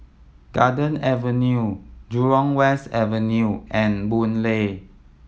Garden Avenue Jurong West Avenue and Boon Lay